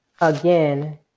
again